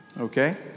Okay